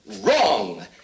Wrong